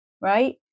right